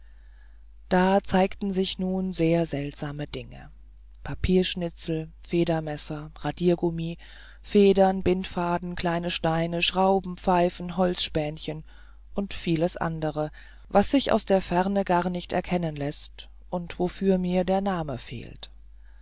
da zeigten sich nun sehr seltsame dinge papierschnitzel federmesser radiergummi federn bindfaden kleine steine schrauben pfeifen holzspänchen und vieles andere was sich aus der ferne gar nicht erkennen läßt oder wofür der name mir fehlt